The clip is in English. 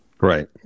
Right